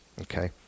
Okay